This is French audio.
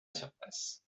surface